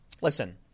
listen